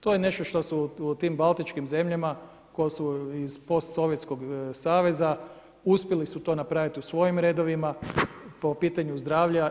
To je nešto što su u tim Baltičkim zemljama koje su iz postsovjetskog saveza, uspjeli su to napraviti u svojim redovima po pitanju zdravlja.